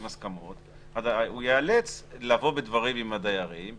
הסכמות הוא יאלץ לבוא בדברים עם הדיירים,